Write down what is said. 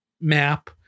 map